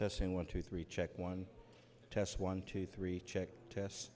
testing one two three check one test one two three check t